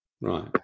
right